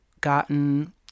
gotten